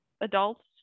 adults